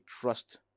trust